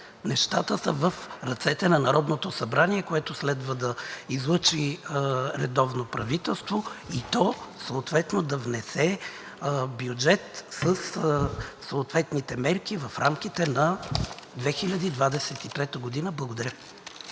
нещата са в ръцете на Народното събрание, което следва да излъчи редовно правителство и то съответно да внесе бюджет със съответните мерки в рамките на 2023 г. Благодаря.